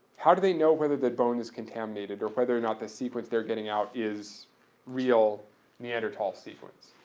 how do they know whether that bone is contaminated or whether or not the sequence they're getting out is real neanderthal sequence?